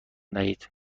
دهید